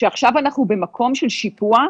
שעכשיו אנחנו במקום של שיפוע,